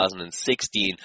2016